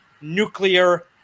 nuclear